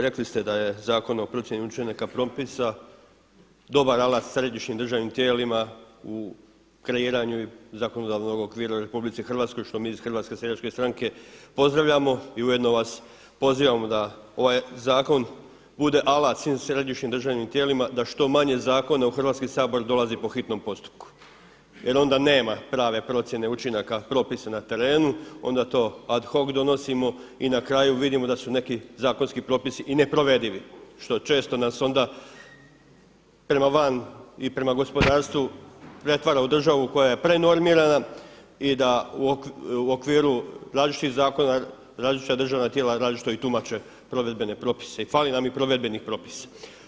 Rekli ste da je zakon o procjeni učinaka propisa dobar alat središnjim državnim tijelima u kreiranju zakonodavnog okvira u RH što mi iz HSS-a pozdravljamo i ujedno vas pozivamo da ovaj zakon bude alat svim središnjim državnim tijelima da što manje zakona u Hrvatski sabor dolazi po hitnom postupku jer onda nema prave procjene učinaka propisa na terenu, onda to ad hoc donosimo i na kraju vidimo da su neki zakonski propisi i neprovedivi što često nas onda prema van i prema gospodarstvu pretvara u državu koja je prenormirana i da u okviru različitih zakona, različita državna tijela različito i tumače provedbene propise i fali nam provedbenih propisa.